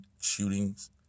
shootings